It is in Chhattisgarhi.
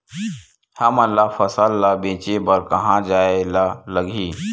हमन ला फसल ला बेचे बर कहां जाये ला लगही?